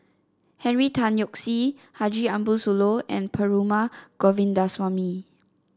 Henry Tan Yoke See Haji Ambo Sooloh and Perumal Govindaswamy